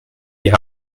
die